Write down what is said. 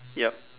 yup